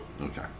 Okay